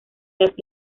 las